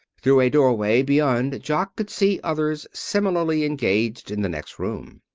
through a doorway beyond jock could see others similarly engaged in the next room.